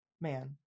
man